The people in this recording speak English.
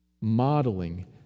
Modeling